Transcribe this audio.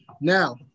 Now